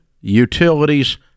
utilities